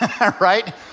right